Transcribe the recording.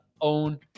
own